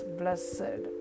blessed